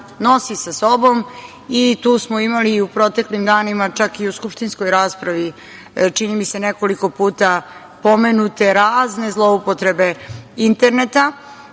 nosi sa sobom i tu smo imali i u proteklim danima čak i u skupštinskoj raspravi, čini mi se nekoliko puta, pomenute razne zloupotrebe interneta.